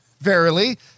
Verily